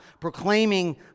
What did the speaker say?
proclaiming